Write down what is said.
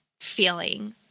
feeling